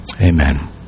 Amen